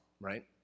right